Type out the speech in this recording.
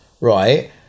right